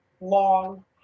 long